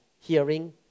hearing